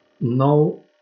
no